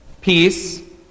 peace